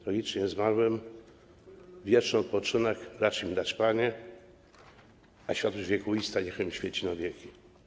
Tragicznie zmarłym wieczny odpoczynek racz dać, Panie, a światłość wiekuista niechaj im świeci na wieki.